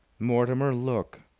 mortimer, look!